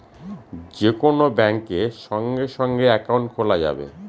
যে কোন ব্যাঙ্কে সঙ্গে সঙ্গে একাউন্ট খোলা যাবে